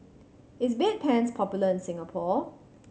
is Bedpans popular in Singapore